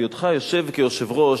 בהיותך יושב כיושב-ראש,